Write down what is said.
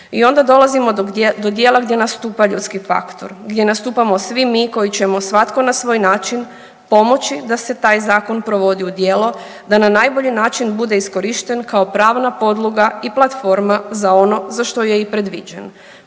I onda dolazimo do dijela gdje nastupa ljudski faktor, gdje nastupamo svi mi koji ćemo svatko na svoj način pomoći da se taj zakon provodi u djelo, da na najbolji način bude iskorišten kao pravna podloga i platforma za ono što je i predviđen